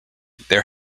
there